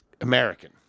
American